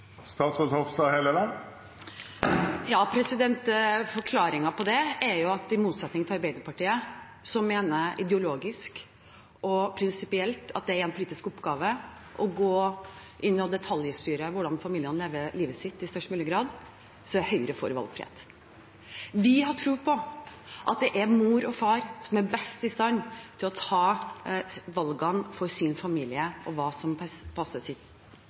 på det er at i motsetning til Arbeiderpartiet, som ideologisk og prinsipielt mener at det er en politisk oppgave å gå inn og detaljstyre i størst mulig grad hvordan familiene lever livet sitt, er Høyre for valgfrihet. Vi har tro på at det er mor og far som best er i stand til å ta valgene for sin familie, og for hva som passer deres barn best. Vi er opptatt av å få flere kvinner ut i